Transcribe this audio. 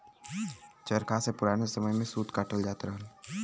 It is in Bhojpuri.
चरखा से पुराने समय में सूत कातल जात रहल